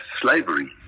slavery